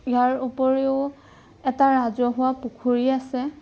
ইয়াৰ উপৰিও এটা ৰাজহুৱা পুখুৰী আছে